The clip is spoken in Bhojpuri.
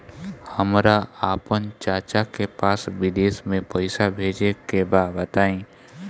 हमरा आपन चाचा के पास विदेश में पइसा भेजे के बा बताई